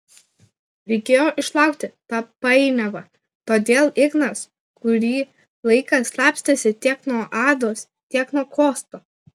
reikėjo išlaukti tą painiavą todėl ignas kurį laiką slapstėsi tiek nuo ados tiek nuo kosto